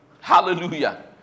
Hallelujah